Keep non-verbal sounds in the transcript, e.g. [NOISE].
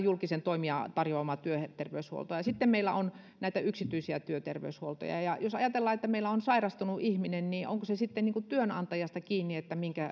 [UNINTELLIGIBLE] julkisen toimijan tarjoamaa työterveyshuoltoa sitten meillä on olemassa yksityisiä työterveyshuoltoja jos ajatellaan että meillä on sairastunut ihminen niin onko se sitten työnantajasta kiinni